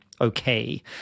okay